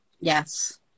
Yes